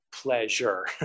pleasure